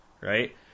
Right